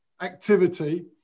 activity